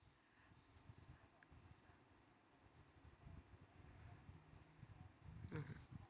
mmhmm